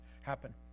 happen